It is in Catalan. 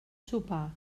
sopar